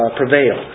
prevail